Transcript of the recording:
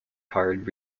card